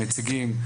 הנציגים,